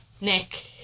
Nick